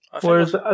Whereas